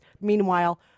Meanwhile